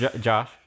josh